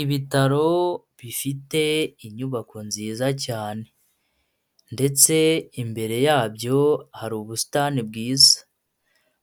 Ibitaro bifite inyubako nziza cyane ndetse imbere yabyo hari ubusitani bwiza,